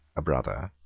a brother,